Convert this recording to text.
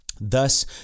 Thus